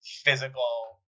physical